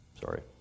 Sorry